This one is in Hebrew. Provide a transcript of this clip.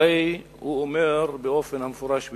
הרי הוא אומר באופן המפורש ביותר: